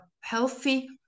healthy